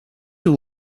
you